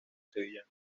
sevillano